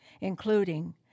including